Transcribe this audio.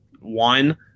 one